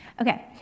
Okay